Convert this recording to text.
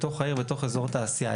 בתוך העיר, בתוך אזור תעשייה.